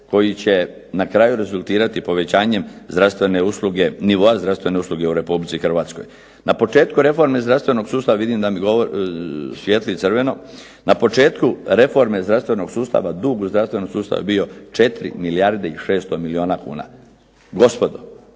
koji će na kraju rezultirati povećanjem zdravstvene usluge, nivoa zdravstvene usluge u Republici Hrvatskoj. Na početku reforme zdravstvenog sustava, vidim da mi svijetli crveno, dug u zdravstvenom sustavu je bio 4 milijarde i 600 milijuna kuna. Gospodo